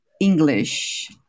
English